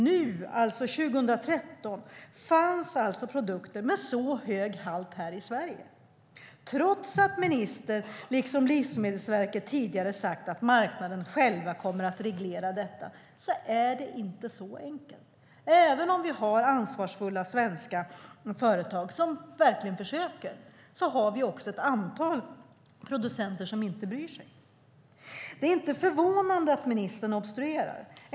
Nu, 2013, finns det alltså produkter med så hög halt här i Sverige. Trots att ministern liksom Livsmedelsverket tidigare sagt att marknaden själv kommer att reglera detta är det inte så enkelt. Även om vi har ansvarsfulla svenska företag som verkligen försöker har vi också ett antal producenter som inte bryr sig. Det är inte förvånande att ministern obstruerar.